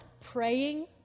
praying